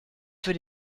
für